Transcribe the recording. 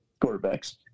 quarterbacks